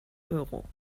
euro